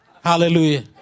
Hallelujah